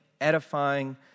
edifying